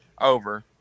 over